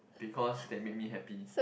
because that make me happy